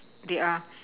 they are